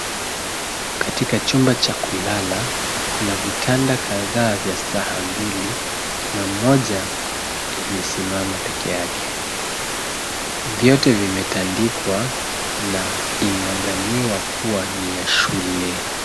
Katika chumba cha kulala, kuna vitanda kadhaa vya staha mbili na moja limesimama pekee yake. Vyote vimetandikwa na inadhaniwa kuwa ni ya shule.